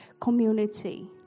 community